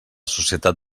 societat